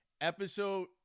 Episode